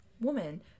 woman